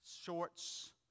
shorts